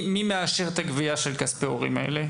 מי מאשר את הגבייה של כספי ההורים האלה?